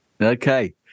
Okay